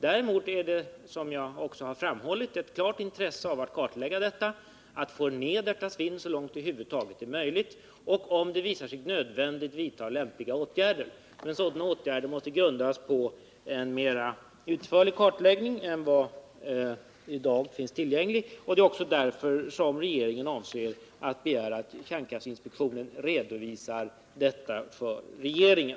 Däremot finns det, som jag också framhållit, ett klart intresse av att kartlägga det hela och få ned svinnet så långt det över huvud taget är möjligt och om det visar sig nödvändigt vidta lämpliga åtgärder. Sådana åtgärder måste grunda sig på en mera utförlig kartläggning än som i dag finns tillgänglig. Det är också därför som regeringen avser att begära att kärnkraftinspektionen redovisar detta för regeringen.